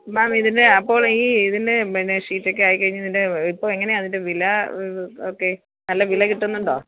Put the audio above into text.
മേം ഇതിൻ്റെ അപ്പോൾ ഈ ഇതിൻ്റെ പിന്നെ ഷീറ്റൊക്കെ ആയിക്കഴിഞ്ഞിതിൻ്റെ ഇപ്പോള് എങ്ങനെയാ അതിൻ്റെ വിലാ ഒക്കെ നല്ല വില കിട്ടുന്നുണ്ടോ